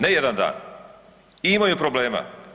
Ne jedan dan i imaju problema.